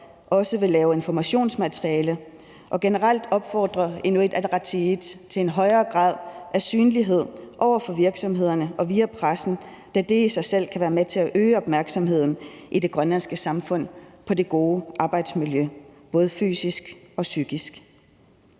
vil lave informationsmateriale, og generelt opfordrer Inuit Ataqatigiit til en højere grad af synlighed over for virksomhederne og via pressen, da det i sig selv kan være med til at øge opmærksomheden i det grønlandske samfund på det gode arbejdsmiljø, både det fysiske og det psykiske.